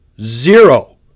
Zero